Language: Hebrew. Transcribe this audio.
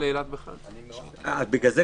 אם אני לא נוסע בכלל לאילת --- בגלל